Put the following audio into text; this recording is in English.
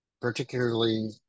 particularly